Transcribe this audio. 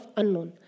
unknown